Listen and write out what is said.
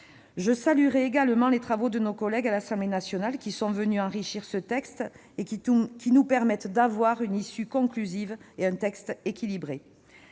Je saluerai également les travaux de nos collègues députés, qui sont venus enrichir ce texte et qui nous permettent d'avoir une issue conclusive et un texte équilibré.